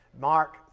mark